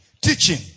teaching